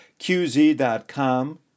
QZ.com